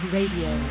Radio